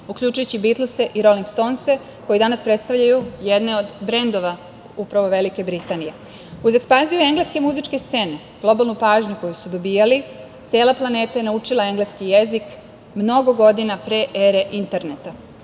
uključujući Bitlse i Rolingstonse, koji danas predstavljaju jedne od brendova upravo Velike Britanije. Uz ekspanziju engleske muzičke scene, globalnu pažnju koju su dobijali, cela planeta je naučila engleski jezik mnogo godina pre ere interneta. Iz